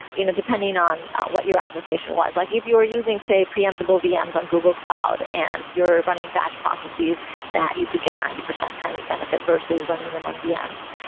depending on what your application was. like if you are using, say, preemptable vms on google cloud and you're running batch processes that you could get ninety percent kind of benefit versus running them on vms,